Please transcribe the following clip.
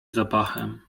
zapachem